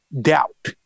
doubt